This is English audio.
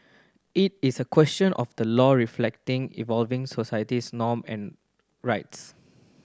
it is a question of the law reflecting evolving societies norm and rights